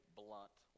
blunt